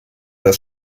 das